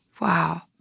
Wow